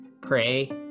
Pray